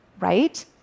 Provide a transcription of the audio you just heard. right